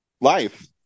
life